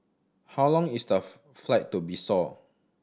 how long is the flight to Bissau